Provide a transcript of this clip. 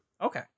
Okay